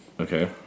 Okay